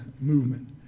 movement